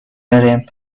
داریم